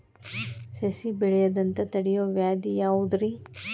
ಸಸಿ ಬೆಳೆಯದಂತ ತಡಿಯೋ ವ್ಯಾಧಿ ಯಾವುದು ರಿ?